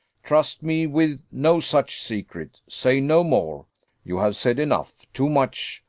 trust me with no such secret say no more you have said enough too much.